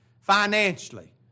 financially